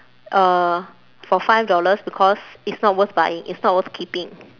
uh for five dollars because it's not worth buying it's not worth keeping